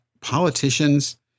politicians